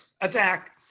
attack